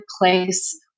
place